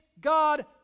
God